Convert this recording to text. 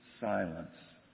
silence